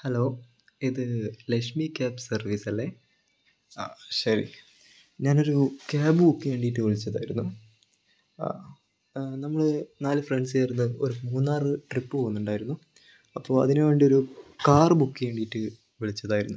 hello ഇത് Lakshmi cab service അല്ലേ ശരി ഞാനൊരു ക്യാബ് ബുക്ക് ചെയ്യാൻ വേണ്ടിയിട്ട് വിളിച്ചതായിരുന്നു ആ നമ്മള് നാല് ഫ്രണ്ട്സ് ചേർന്ന് ഒരു മൂന്നാർ ട്രിപ്പ് പോകുന്നുണ്ടായിരുന്നു അപ്പോൾ അതിന് വേണ്ടിയൊരു കാർ ബുക്ക് ചെയ്യാൻ വേണ്ടിയിട്ട് വിളിച്ചതായിരുന്നു